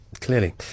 clearly